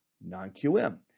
non-QM